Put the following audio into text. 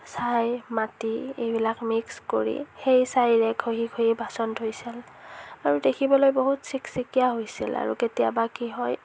ছাই মাটি এইবিলাক মিক্স কৰি সেই ছাইৰে ঘঁহি ঘঁহি বাচন ধুইছিল আৰু দেখিবলৈ বহুত চিকচিকীয়া হৈছিল আৰু কেতিয়াবা কি হয়